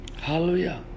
Hallelujah